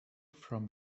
from